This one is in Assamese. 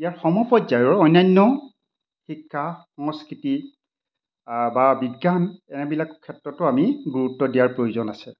ইয়াৰ সমপৰ্য্য়ায়ৰ অন্যান্য শিক্ষা সংস্কৃতি বা বিজ্ঞান এনেবিলাক ক্ষেত্ৰতো আমি গুৰুত্ব দিয়াৰ প্ৰয়োজন আছে